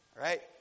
right